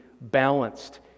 balanced